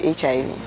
hiv